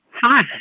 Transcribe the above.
Hi